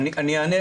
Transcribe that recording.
אני אענה